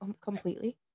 completely